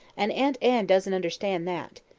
and aunt anne doesn't understand that.